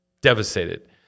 Devastated